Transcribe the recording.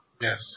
Yes